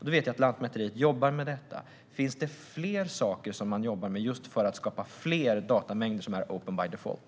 Jag vet att Lantmäteriet jobbar med detta. Finns det fler saker som man jobbar med just för att skapa fler datamängder som är open by default?